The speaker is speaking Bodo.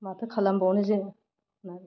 माथो खालामबावनो जों